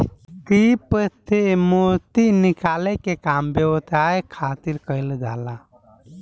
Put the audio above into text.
सीप से मोती निकाले के काम व्यवसाय खातिर कईल जाला